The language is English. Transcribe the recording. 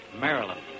Maryland